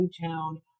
Newtown